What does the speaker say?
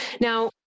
Now